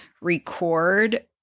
record